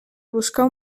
buscar